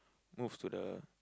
move to the